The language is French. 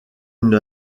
une